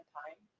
time